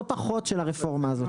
לא פחות של הרפורמה הזאת.